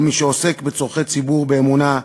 כל מי שעוסק בצורכי ציבור באמונה,